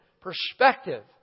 perspective